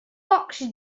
fox